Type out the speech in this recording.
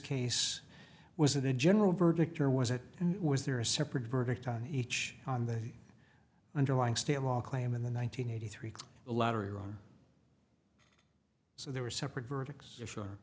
case was the general verdict or was it was there a separate verdict on each on the underlying state law claim in the one nine hundred eighty three the lottery or on so there were separate verdicts sure